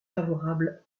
favorable